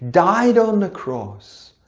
died on the cross,